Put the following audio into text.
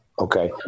Okay